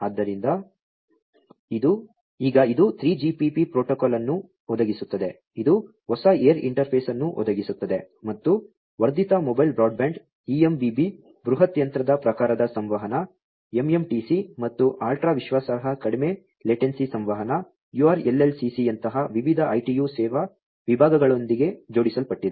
ಆದ್ದರಿಂದ ಈಗ ಇದು 3GPP ಪ್ರೋಟೋಕಾಲ್ ಅನ್ನು ಒದಗಿಸುತ್ತದೆ ಇದು ಹೊಸ ಏರ್ ಇಂಟರ್ಫೇಸ್ ಅನ್ನು ಒದಗಿಸುತ್ತದೆ ಮತ್ತು ವರ್ಧಿತ ಮೊಬೈಲ್ ಬ್ರಾಡ್ಬ್ಯಾಂಡ್ eMBB ಬೃಹತ್ ಯಂತ್ರದ ಪ್ರಕಾರದ ಸಂವಹನ mMTC ಮತ್ತು ಅಲ್ಟ್ರಾ ವಿಶ್ವಾಸಾರ್ಹ ಕಡಿಮೆ ಲೇಟೆನ್ಸಿ ಸಂವಹನ uRLLCC ಯಂತಹ ವಿವಿಧ ITU ಸೇವಾ ವಿಭಾಗಗಳೊಂದಿಗೆ ಜೋಡಿಸಲ್ಪಟ್ಟಿದೆ